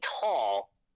tall